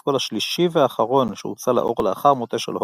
השלישי והאחרון שהוצא לאור לאחר מותו של הורנר.